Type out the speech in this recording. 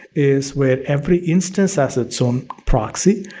is where every instance has its own proxy.